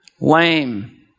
lame